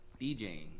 DJing